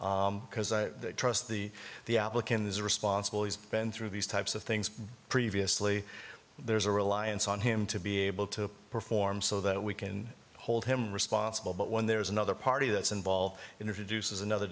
because i trust the the applicant is responsible he's been through these types of things previously there's a reliance on him to be able to perform so that we can hold him responsible but when there's another party that's involved in or to do says another